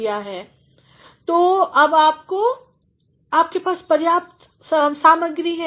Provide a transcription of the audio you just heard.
लिया गया है और आपके पासपर्याप्तसामग्री है